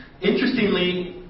Interestingly